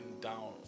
down